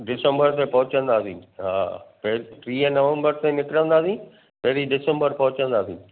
दिसम्बर में पहुंचदासीं हा पे टीह नवम्बर ते निकिरींदासीं पहिरीं दिसम्बर पहुंचदासी